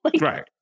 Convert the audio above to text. Right